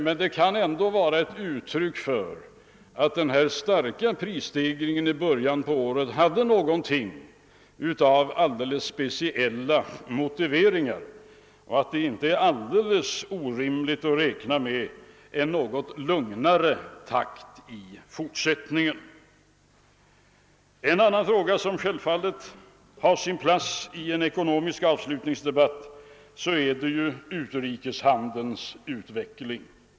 Men det kan ändå vara ett uttryck för att den starka prisstegringen i början av året hade alldeles speciella orsaker och att det inte är orimligt att räkna med en något lugnare takt i fortsättningen. En annan fråga som självfallet har sin plats i en ekonomisk avslutningsdebatt är ju utrikeshandelns utveck ling.